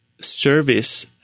service